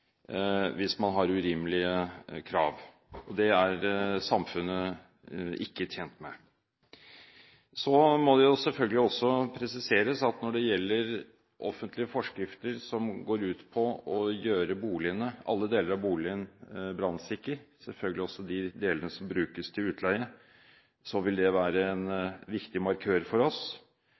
hvis man har urimelige krav. Det er samfunnet ikke tjent med. Så må det selvfølgelig også presiseres at når det gjelder offentlige forskrifter som går ut på å gjøre alle deler av boligen brannsikre – selvfølgelig også de delene som brukes til utleie – vil det være en viktig markør for oss.